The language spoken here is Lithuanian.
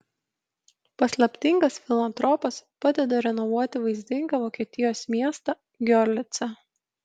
paslaptingas filantropas padeda renovuoti vaizdingą vokietijos miestą giorlicą